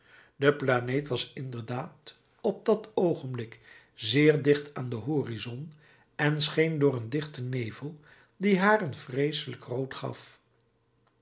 de planeet was inderdaad op dat oogenblik zeer dicht aan den horizon en scheen door een dichten nevel die haar een vreeselijk rood gaf